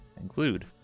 include